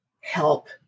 help